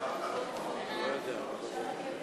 ההצעה להסיר מסדר-היום